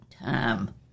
time